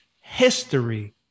history